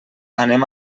anem